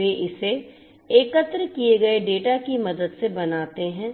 वे इसे एकत्र किए गए डेटा की मदद से बनाते हैं